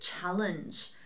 challenge